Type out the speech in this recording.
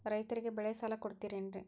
ರೈತರಿಗೆ ಬೆಳೆ ಸಾಲ ಕೊಡ್ತಿರೇನ್ರಿ?